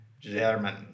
German